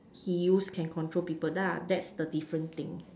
he use can control people tha~ that's the different thing